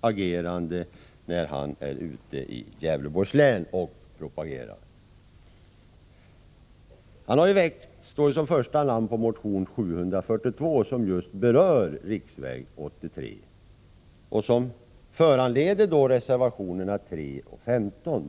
agerande när denne är ute i Gävleborgs län och propagerar. Bertil Måbrink står ju som första namn bakom motion 742, som berör just riksväg 83. Motionen har bl.a. föranlett reservationerna 3 och 15.